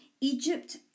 Egypt